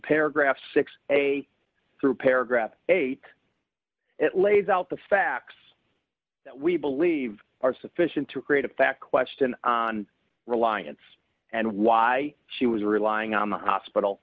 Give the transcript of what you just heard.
paragraph six a through paragraph eight it lays out the facts that we believe are sufficient to create a fact question on reliance and why she was relying on the hospital